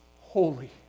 holy